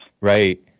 Right